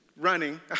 running